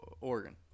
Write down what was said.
Oregon